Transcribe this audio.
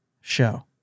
show